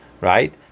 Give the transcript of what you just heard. Right